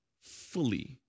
fully